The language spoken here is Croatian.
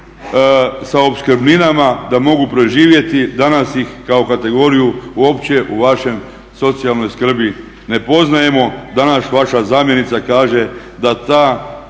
sa opskrbninama da mogu preživjeti, danas ih kao kategoriju uopće u vašoj socijalnoj skrbi ne poznajemo. Danas vaša zamjenica kaže da ta